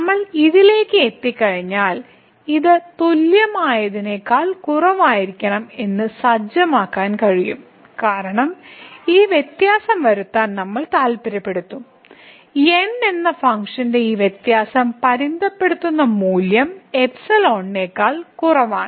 നമ്മൾ ഇതിലേക്ക് എത്തിക്കഴിഞ്ഞാൽ ഇത് തുല്യമായതിനേക്കാൾ കുറവായിരിക്കണം എന്ന് സജ്ജമാക്കാൻ കഴിയും കാരണം ഈ വ്യത്യാസം വരുത്താൻ നമ്മൾ താൽപ്പര്യപ്പെടുന്നു N എന്ന ഫംഗ്ഷന്റെ ഈ വ്യത്യാസം പരിമിതപ്പെടുത്തുന്ന മൂല്യം നേക്കാൾ കുറവാണ്